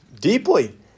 deeply